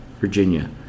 Virginia